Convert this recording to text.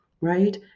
right